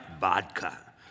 vodka